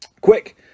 Quick